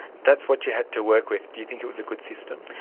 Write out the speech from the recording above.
that's what you had to work with. do you think it was a good system?